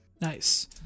Nice